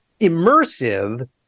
immersive